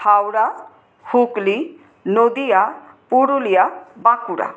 Howrah Hooghly Nadia Purulia Bankura